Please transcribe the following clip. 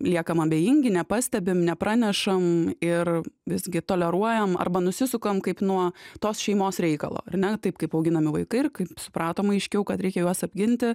liekam abejingi nepastebim nepranešam ir visgi toleruojam arba nusisukam kaip nuo tos šeimos reikalo ar ne taip kaip auginami vaikai ir kaip supratom aiškiau kad reikia juos apginti